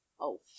Oh